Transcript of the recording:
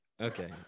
Okay